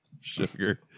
sugar